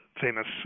famous